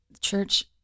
Church